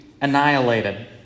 annihilated